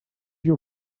you